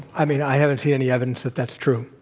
i mean, i haven't seen any evidence that that's true.